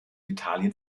italien